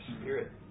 spirit